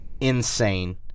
insane